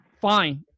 fine